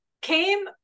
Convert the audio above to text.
came